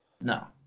No